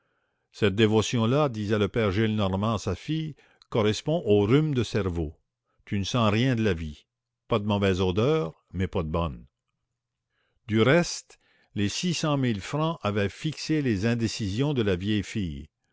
cette dévotion là disait le père gillenormand à sa fille correspond au rhume de cerveau tu ne sens rien de la vie pas de mauvaise odeur mais pas de bonne du reste les six cent mille francs avaient fixé les indécisions de la vieille fille